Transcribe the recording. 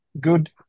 good